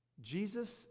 Jesus